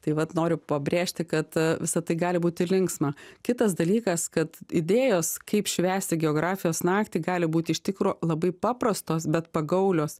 tai vat noriu pabrėžti kad a visa tai gali būti linksma kitas dalykas kad idėjos kaip švęsti geografijos naktį gali būti iš tikro labai paprastos bet pagaulios